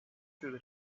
through